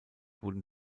wurden